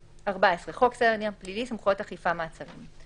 חוק סדר הדין הפלילי (סמכויות אכיפה, מעצרים)